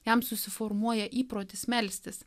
jam susiformuoja įprotis melstis